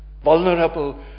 vulnerable